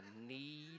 need